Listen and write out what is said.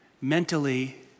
Mentally